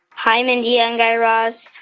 hi, mindy and guy raz.